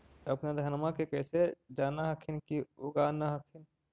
अपने धनमा के कैसे जान हखिन की उगा न हखिन?